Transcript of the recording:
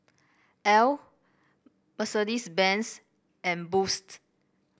Elle Mercedes Benz and Boost